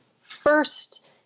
first